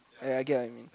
ya I get what you mean